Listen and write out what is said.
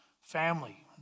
family